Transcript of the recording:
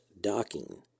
Docking